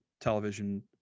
Television